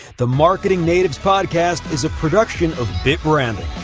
the marketing natives podcast is a production of bitbranding.